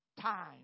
time